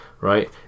right